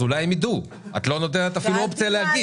אולי הם ידעו אבל את לא נותנת אופציה להגיב.